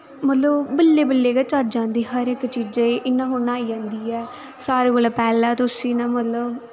मतलब बल्लें बल्लें गै चज्ज औंदे हर इक चीजा गी इयां थोह्ड़े ना आई जन्दी ऐ सारें कोला पैह्लै ते उस्सी ना मतलब